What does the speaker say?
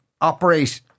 operate